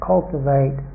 cultivate